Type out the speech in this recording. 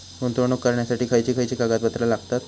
गुंतवणूक करण्यासाठी खयची खयची कागदपत्रा लागतात?